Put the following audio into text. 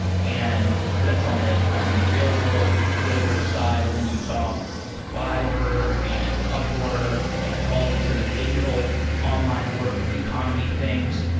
and that's on the on the real-world labor side, and then you saw fiverr, and upwork and all these other digital online work economy things.